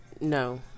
No